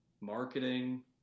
marketing